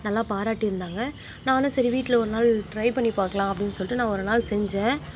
நல்லா பாராட்டி இருந்தாங்க நானும் சரி வீட்டில் ஒரு நாள் ட்ரை பண்ணி பார்க்கலாம் அப்படின்னு சொல்லிட்டு நான் ஒரு நாள் செஞ்சேன்